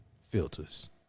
filters